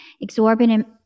exorbitant